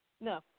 no